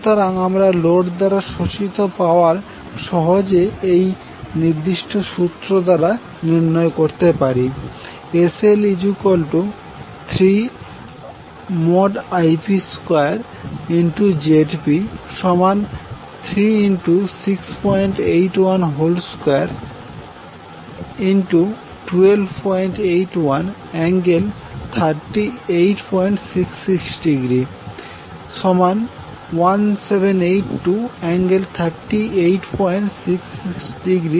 সুতরাং আমরা লোড দ্বারা শোষিত পাওয়ার সহজে এই নির্দিষ্ট সূত্র দ্বারা নির্ণয় করতে পারি